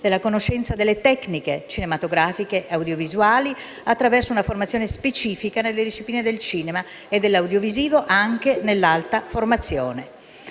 la conoscenza delle tecniche cinematografiche e audiovisuali, attraverso una formazione specifica nelle discipline del cinema e dell'audiovisivo anche nell'alta formazione.